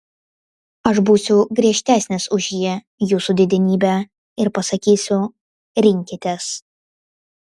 aš būsiu griežtesnis už ji jūsų didenybe ir pasakysiu rinkitės